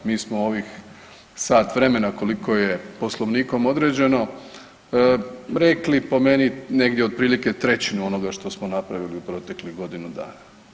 Mi smo u ovih sat vremena koliko je Poslovnikom određeno rekli po meni negdje otprilike trećinu onoga što smo napravili u proteklih godinu dana.